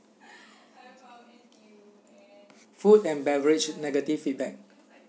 food and beverage negative feedback